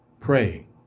praying